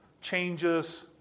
changes